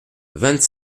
vingt